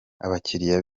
abakiliya